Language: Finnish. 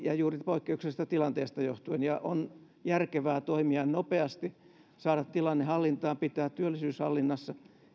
ja juuri poikkeuksellisesta tilanteesta johtuen ja on järkevää toimia nopeasti saada tilanne hallintaan pitää työllisyys hallinnassa